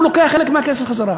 הוא לוקח חלק מהכסף חזרה,